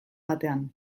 batean